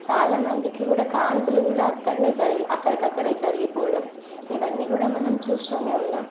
చాలా మందికి కూడా కాన్పులు కూడా అక్కడనే జరిగి అక్కడికక్కడే జరిగిపోవడం ఇవన్నీ కూడా మనం చూస్తూనే ఉన్నాం